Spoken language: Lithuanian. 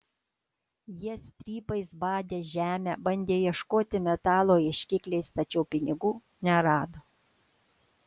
jie strypais badė žemę bandė ieškoti metalo ieškikliais tačiau pinigų nerado